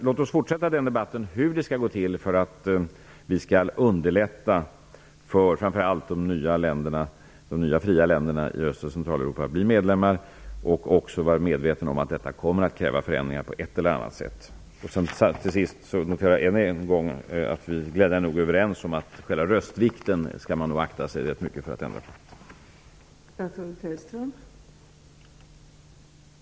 Låt oss fortsätta debatten om hur det skall gå till att underlätta för framför allt de nya fria länderna i Öst och Centraleuropa att bli medlemmar och även vara medvetna om att detta kommer att kräva förändringar på ett eller annat sätt. Till sist noterar jag ännu en gång att vi glädjande nog är överens om att man skall akta sig rätt mycket för att ändra på själva röstvikten.